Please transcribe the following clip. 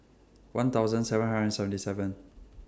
one thousand seven hundred and seventy seven